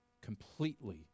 completely